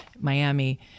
Miami